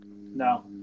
No